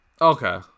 Okay